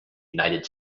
united